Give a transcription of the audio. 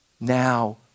Now